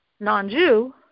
non-Jew